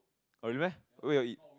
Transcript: really meh where you all eat